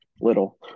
little